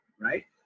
right